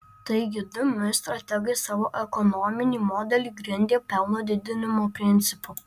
taigi dm strategai savo ekonominį modelį grindė pelno didinimo principu